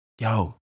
yo